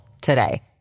today